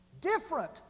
different